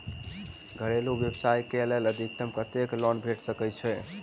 घरेलू व्यवसाय कऽ लेल अधिकतम कत्तेक लोन भेट सकय छई?